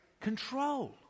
control